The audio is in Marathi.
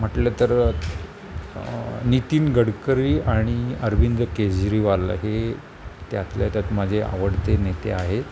म्हटलं तर नितीन गडकरी आणि अरविंद केजरीवालं हे त्यातल्या त्यात माझे आवडते नेते आहेत